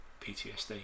PTSD